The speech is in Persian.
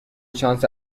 شانس